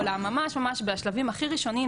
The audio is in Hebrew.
אלא ממש ממש בשלבים הכי ראשוניים,